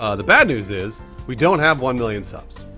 ah the bad news is we don't have one million subs.